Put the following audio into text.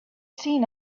seen